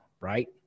Right